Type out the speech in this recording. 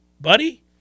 buddy